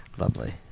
lovely